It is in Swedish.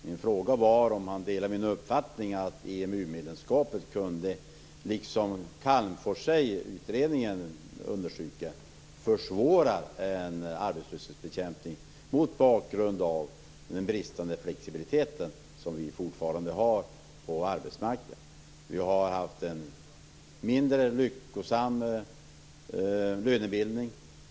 Min fråga var om han delar min uppfattning att ett EMU-medlemskap, som Calmforsutredningen understryker, kan försvåra en arbetslöshetsbekämpning, detta mot bakgrund av den bristande flexibilitet som vi fortfarande har på arbetsmarknaden med bl.a. en mindre lyckosam lönebildning.